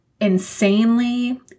insanely